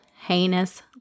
heinous